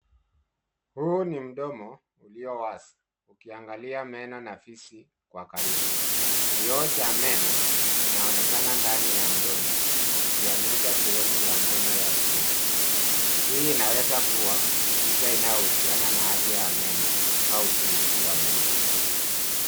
Huu ni mdomo ulio wazi ukiangalia meno na fizi kwa karibu. Kioo cha meno kinaonekana ndani ya mdomo, ikionyesha sehemu ya meno ya chini. Hii inaweza kuwa picha inayohusiana na afya ya meno au uchunguzi wa meno.